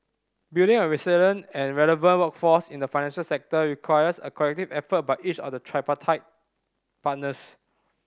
building a resilient and relevant workforce in the financial sector requires a collective effort by each of the tripartite partners